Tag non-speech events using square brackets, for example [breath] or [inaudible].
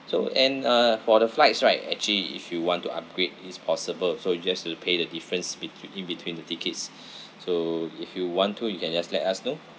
so and uh for the flights right actually if you want to upgrade is possible so you just have to pay the difference between in between the tickets [breath] so if you want to you can just let us know